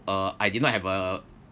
uh I did not have a